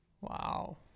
Wow